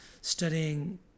studying